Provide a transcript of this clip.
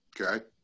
okay